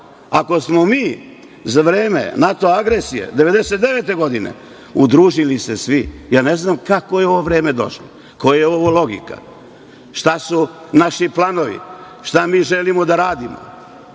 smo mi za vreme NATO agresije 1999. godine udružili se svi, ja ne znam kakvo je ovo vreme došlo? Koja je ovo logika? Šta su naši planovi, šta mi želimo da radimo,